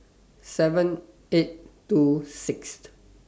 seven eight two Sixth